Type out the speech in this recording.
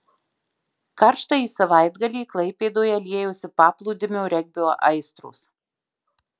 karštąjį savaitgalį klaipėdoje liejosi paplūdimio regbio aistros